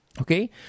Okay